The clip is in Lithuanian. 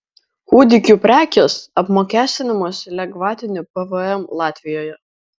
kūdikių prekės apmokestinamos lengvatiniu pvm latvijoje